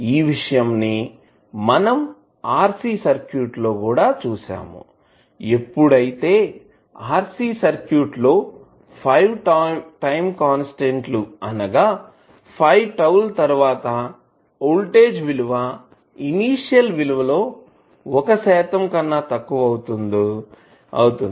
ఈ విషయం ని మనం RC సర్క్యూట్లో కూడా చూసాముఎప్పుడైతే RC సర్క్యూట్లో 5 టైం కాన్స్టాంట్ లు అనగా 5τ ల తరువాత వోల్టేజ్ విలువ ఇనీషియల్ విలువ లో 1 శాతం కన్నా తక్కువ అవుతుంది